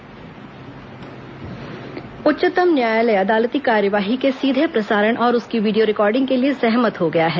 उच्चतम न्यायालय प्रसारण उच्चतम न्यायालय अदालती कार्यवाही के सीधे प्रसारण और उसकी वीडियो रिकार्डिंग के लिए सहमत हो गया है